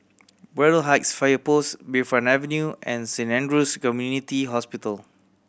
Braddell Heights Fire Post Bayfront Avenue and Saint Andrew's Community Hospital